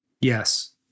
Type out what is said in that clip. Yes